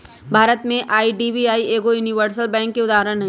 भारत में आई.डी.बी.आई एगो universal bank के उदाहरण हइ